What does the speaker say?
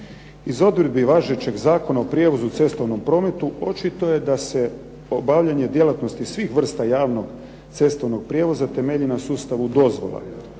Iz odredbi važećeg Zakona o prijevozu u cestovnom prometu očito je da se obavljanje djelatnosti svih vrsta javnog cestovnog prijevoza temelji na sustavu dozvola,